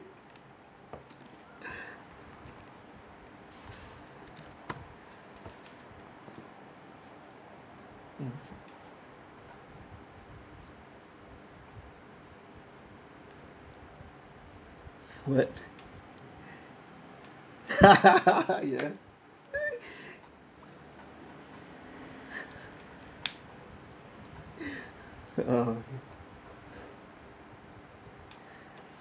mm what ya ah